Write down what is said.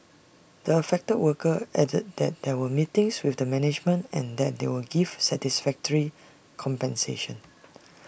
the affected worker added that there were meetings with the management and that they were given satisfactory compensation